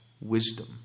wisdom